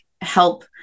help